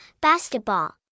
basketball